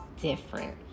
different